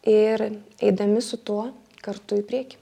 ir eidami su tuo kartu į priekį